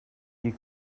you